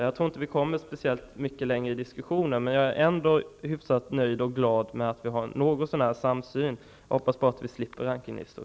Jag tror inte att vi kommer speciellt mycket längre i diskussionen. Men jag är ändå hyfsat nöjd och glad över att vi något så när har en samsyn. Jag hoppas bara att vi slipper rankinglistor.